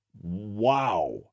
wow